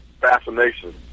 fascination